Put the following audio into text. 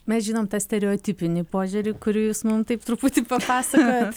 mes žinom tą stereotipinį požiūrį kurį jūs mum taip truputį papasakojot